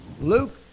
Luke